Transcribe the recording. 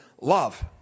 love